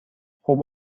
خوب